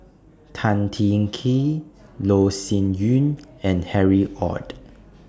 Tan Teng Kee Loh Sin Yun and Harry ORD